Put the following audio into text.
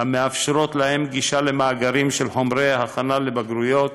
המאפשרות להם גישה למאגרים של חומר הכנה לבגרויות,